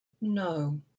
No